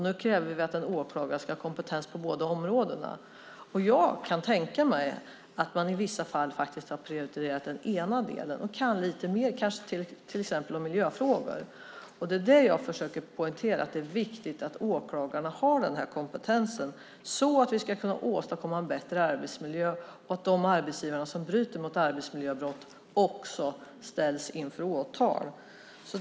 Nu kräver vi att en åklagare ska ha kompetens på båda områdena. Jag kan då tänka mig att man i vissa fall har prioriterat den ena delen och kanske kan lite mer om till exempel om miljöfrågor. Det är det jag försöker poängtera, att det är viktigt att åklagarna har den här kompetensen så att vi kan åstadkomma en bättre arbetsmiljö och att de arbetsgivare som begår arbetsmiljöbrott ställs inför rätta.